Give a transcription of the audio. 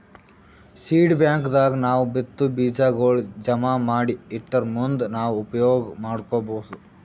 seed bank ದಾಗ್ ನಾವ್ ಬಿತ್ತಾ ಬೀಜಾಗೋಳ್ ಜಮಾ ಮಾಡಿ ಇಟ್ಟರ್ ಮುಂದ್ ನಾವ್ ಉಪಯೋಗ್ ಮಾಡ್ಕೊಬಹುದ್